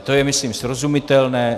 To je myslím srozumitelné.